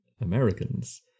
Americans